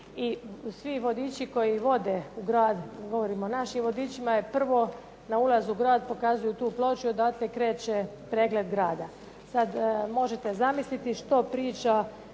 svi vodiči koji vode u grad, govorim o našim vodičima je prvo na ulazu u grad pokazuju tu ploču i odatle kreće pregled grada. Sad možete zamisliti što priča